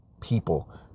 people